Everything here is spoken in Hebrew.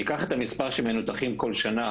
אם ניקח את מספר המנותחים בכל שנה